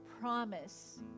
promise